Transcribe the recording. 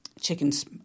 chickens